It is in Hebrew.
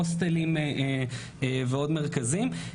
הוסטלים ועוד מרכזים.